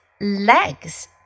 Legs